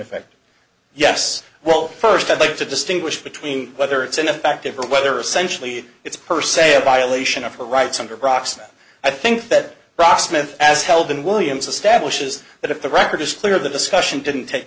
effect yes well first i'd like to distinguish between whether it's ineffective or whether essentially it's per se a violation of her rights under proxy i think that rocksmith as held in williams establishes that if the record is clear the discussion didn't take